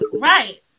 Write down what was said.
Right